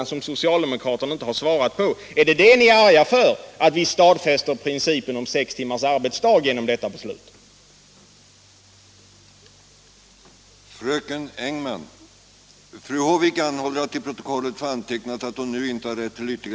Och den har socialdemokraterna inte svarat på. Är det 17 maj 1977 den saken ni är arga för, att vi stadfäster principen om sex timmars = Lo arbetsdag genom detta beslut? Föräldraförsäkringen, m.m. Herr talmannen anmälde att fru Håvik, herr Aspling och fru Nordlander anhållit att till protokollet få antecknat att de inte ägde rätt till ytterligare repliker.